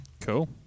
Cool